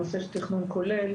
לנושא של תכנון כולל.